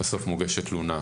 מוגשת תלונה.